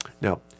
Now